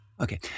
Okay